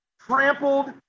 trampled